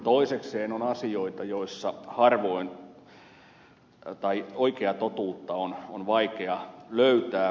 toisekseen on asioita joissa oikeaa totuutta on vaikea löytää